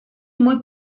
muy